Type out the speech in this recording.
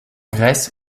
grèce